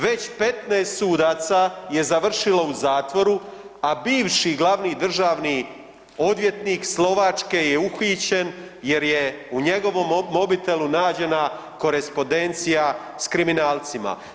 Već 15 sudaca je završilo u zatvoru, a bivši glavni državni odvjetnik Slovačke je uhićen jer je u njegovom mobitelu nađena korespondencija s kriminalcima.